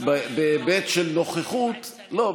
בהיבט של נוכחות, לא.